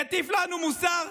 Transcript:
יטיף לנו מוסר?